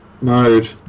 mode